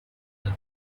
been